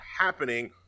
happening